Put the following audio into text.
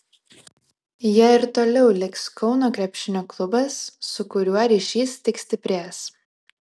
ja ir toliau liks kauno krepšinio klubas su kuriuo ryšys tik stiprės